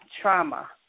trauma